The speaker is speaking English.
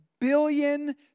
billion